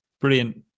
brilliant